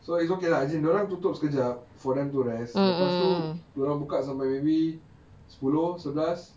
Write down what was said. so it's okay lah as in dia orang tutup sekejap for them to rest lepas tu dia orang buka sampai maybe sepuluh sebelas